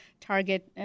target